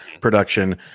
production